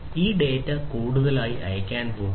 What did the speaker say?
ഈ ഡാറ്റ കൂടുതൽ അയയ്ക്കാൻ പോകുന്നു